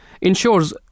ensures